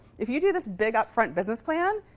if you do this big upfront business plan,